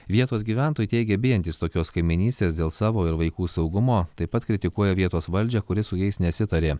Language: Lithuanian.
vietos gyventojai teigia bijantys tokios kaimynystės dėl savo ir vaikų saugumo taip pat kritikuoja vietos valdžią kuri su jais nesitarė